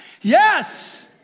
Yes